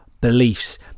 beliefs